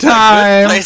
time